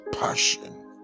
passion